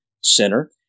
center